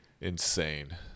insane